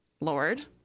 Lord